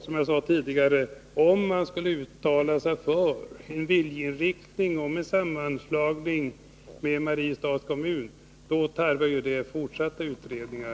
Som jag sade tidigare: Om befolkningen skulle uttala en viljeinriktning för en sammanslagning med Mariestads kommun tarvar det självfallet fortsatta utredningar.